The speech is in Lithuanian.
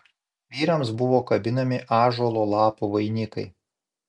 vyrams buvo kabinami ąžuolo lapų vainikai